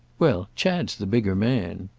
well, chad's the bigger man.